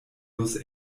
los